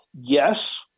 Yes